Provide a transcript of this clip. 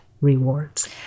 rewards